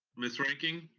miss reinking?